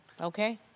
Okay